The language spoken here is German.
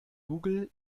google